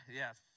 yes